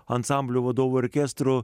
ansamblio vadovo orkestro